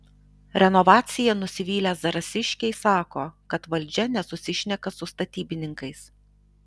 renovacija nusivylę zarasiškiai sako kad valdžia nesusišneka su statybininkais